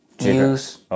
news